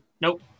nope